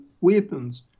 weapons